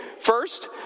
First